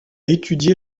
étudié